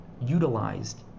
utilized